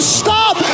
stop